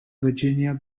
virginia